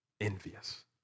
envious